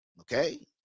Okay